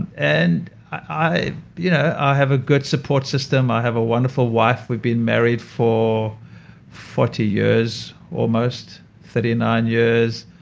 and and i you know i have ah good support system. i have a wonderful wife. we've been married for forty years almost, thirty nine years.